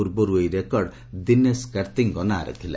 ପୂର୍ବରୁ ଏହି ରେକର୍ଡ ଦିନେଶ୍ କାର୍ତ୍ତିକଙ୍କ ନାଁରେ ଥିଲା